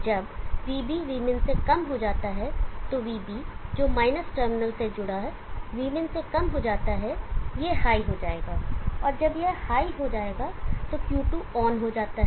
जब vB vmin से कम हो जाता है तो vB जो माइनस टर्मिनल से जुड़ा vmin से कम हो जाता है यह हाई हो जाएगा और जब यह हाई जाएगा तो Q2 ऑन हो जाता है